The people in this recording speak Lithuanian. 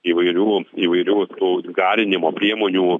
įvairių įvairių tų garinimo priemonių